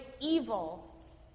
evil